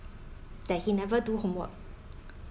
that he never do homework